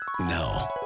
No